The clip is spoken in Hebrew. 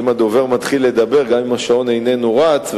אם הדובר מתחיל לדבר גם אם השעון איננו רץ,